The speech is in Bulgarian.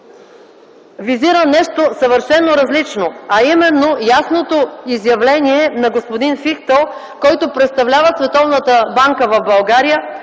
визира нещо съвършено различно, а именно – ясното изявление на господин Фихтъл, който представлява Световната